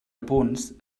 punts